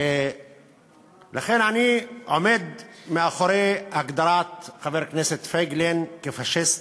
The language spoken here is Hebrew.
לכן אני עומד מאחורי הגדרת חבר הכנסת פייגלין כפאשיסט.